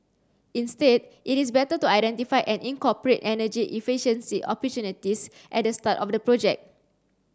instead it is better to identify and incorporate energy efficiency opportunities at the start of the project